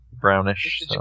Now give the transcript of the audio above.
brownish